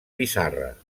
pissarra